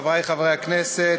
חברי חברי הכנסת,